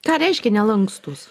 ką reiškia nelankstūs a